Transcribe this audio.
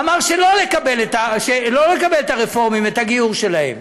אמר לא לקבל את הרפורמים, את הגיור שלהם,